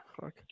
fuck